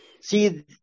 see